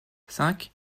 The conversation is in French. cinq